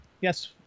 Yes